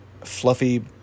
fluffy